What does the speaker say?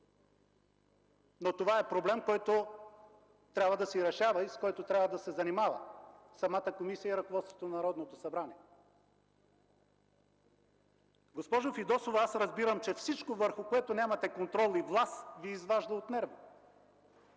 Но това е проблем, който трябва да се решава и с който трябва да се занимава самата комисия и ръководството на Народното събрание. Госпожо Фидосова, аз разбирам, че всичко, върху което нямате контрол и власт, Ви изважда от нерви.